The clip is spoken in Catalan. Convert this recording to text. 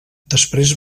després